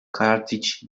karadziç